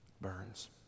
Burns